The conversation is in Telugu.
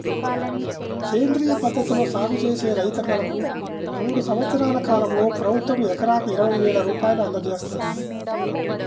సేంద్రియ పద్ధతిలో సాగు చేసే రైతన్నలకు మూడు సంవత్సరాల కాలంలో ప్రభుత్వం ఎకరాకు ఇరవై వేల రూపాయలు అందజేత్తంది